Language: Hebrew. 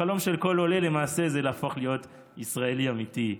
החלום של כל עולה למעשה זה להפוך להיות ישראלי אמיתי,